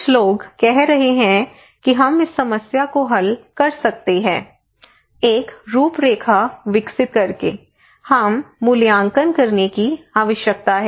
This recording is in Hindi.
कुछ लोग कह रहे हैं कि हम इस समस्या को हल कर सकते हैं एक रूपरेखा विकसित करके हमें मूल्यांकन करने की आवश्यकता है